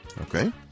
Okay